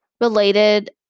related